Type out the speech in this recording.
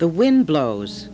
the wind blows